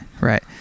right